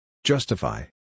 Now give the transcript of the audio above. Justify